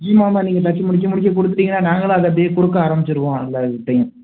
ஆமாமா நீங்கள் தச்சு முடிக்க முடிக்க கொடுத்துட்டிங்கனா நாங்களும் அதை அப்படியே கொடுக்க ஆரமிச்சுடுவோம் அந்த சட்டையும்